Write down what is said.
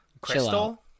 Crystal